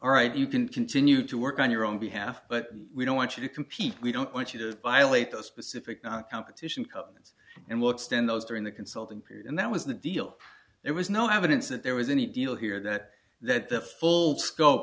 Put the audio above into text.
alright you can continue to work on your own behalf but we don't want you to compete we don't want you to violate those specific non competition cuts and we'll extend those during the consulting period and that was the deal there was no evidence that there was any deal here that that the full scope